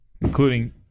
including